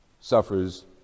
suffers